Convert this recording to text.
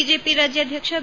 BJP ರಾಜ್ಯಾಧ್ಯಕ್ಷ B